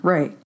Right